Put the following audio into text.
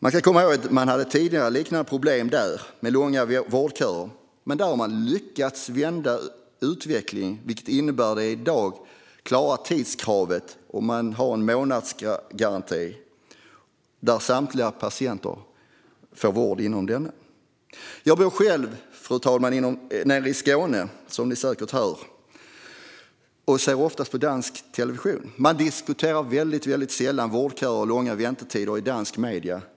I Danmark hade man tidigare liknande problem med långa vårdköer, men där har man lyckats vända utvecklingen, vilket innebär att man i dag klarar tidskravet. Man har också en månadsgaranti där samtliga patienter får vård inom denna garanti. Jag bor nere i Skåne och ser ofta på dansk television. Numera diskuterar man väldigt sällan vårdköer och långa väntetider i danska medier.